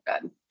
good